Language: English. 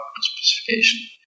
specification